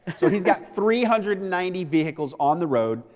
so he's got three hundred and ninety vehicles on the road,